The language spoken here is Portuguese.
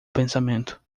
pensamento